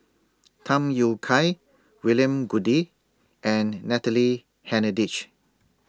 Tham Yui Kai William Goode and Natalie Hennedige